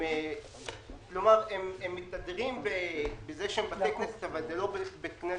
הם מתגאים בזה שהם בתי כנסת, אבל הם לא בתי כנסת.